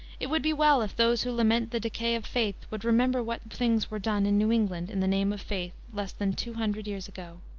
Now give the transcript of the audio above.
it would be well if those who lament the decay of faith would remember what things were done in new england in the name of faith less than two hundred years ago.